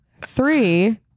Three